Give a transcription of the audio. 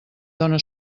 dóna